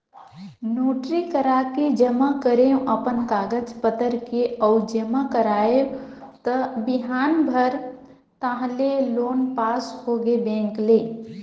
notary कराके जमा करेंव अपन कागज पतर के अउ जमा कराएव त बिहान भर ताहले लोन पास होगे बेंक ले